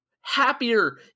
happier